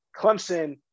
Clemson –